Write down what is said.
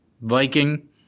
Viking